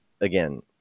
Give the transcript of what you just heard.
again